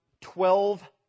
twelve